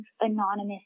anonymous